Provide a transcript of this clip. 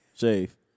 shave